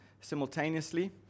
Simultaneously